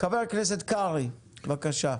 חבר הכנסת קרעי, בבקשה.